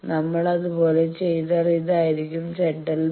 നമ്മൾ അതുപോലെ ചെയ്തുകഴിഞ്ഞാൽ ഇതായിരിക്കും ZL ബാർ